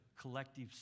collective